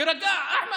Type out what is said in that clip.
תירגע, אחמד.